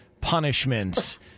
punishments